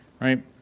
right